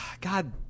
God